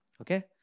Okay